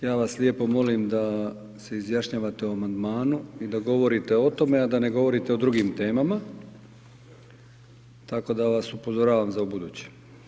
Ja vas lijepo molim da se izjašnjavate o amandmanu i da govorite o tome, a da ne govorite o drugim temama, tako da vas upozoravam za ubuduće.